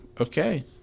okay